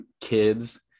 kids